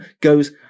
goes